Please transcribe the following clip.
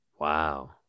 Wow